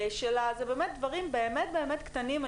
זה באמת דברים קטנים,